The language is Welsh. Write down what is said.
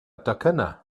docynnau